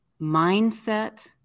mindset